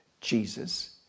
Jesus